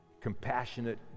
compassionate